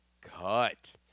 cut